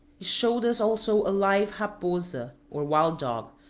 showed us also a live raposa, or wild dog,